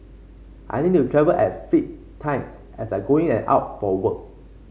I need to travel at fixed times as I go in and out for work